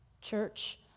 church